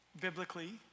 biblically